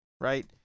right